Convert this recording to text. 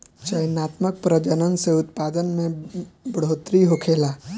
चयनात्मक प्रजनन से उत्पादन में बढ़ोतरी होखेला